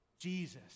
Jesus